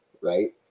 right